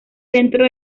centro